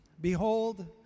Behold